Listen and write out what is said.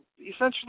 essentially